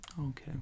Okay